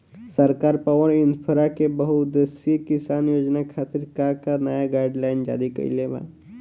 सरकार पॉवरइन्फ्रा के बहुउद्देश्यीय किसान योजना खातिर का का नया गाइडलाइन जारी कइले बा?